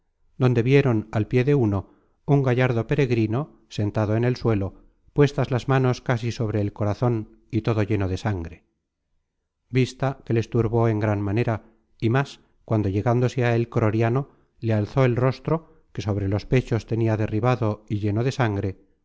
donde vieron al pie de uno un gallardo peregrino sentado en el suelo puestas las manos casi sobre el corazon y todo lleno de sangre vista que les turbó en gran manera y más cuando llegándose a él croriano le alzó el rostro que sobre los pechos tenia derribado y lleno de sangre